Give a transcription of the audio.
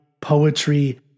poetry